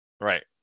right